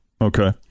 okay